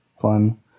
fun